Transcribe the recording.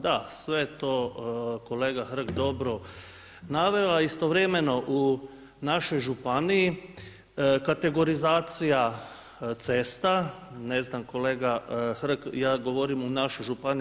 Da, sve je to kolega Hrg dobro naveo, a istovremeno u našoj županiji kategorizacija cesta, ne znam kolega Hrg, ja govorim u našoj županiji.